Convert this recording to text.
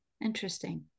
Interesting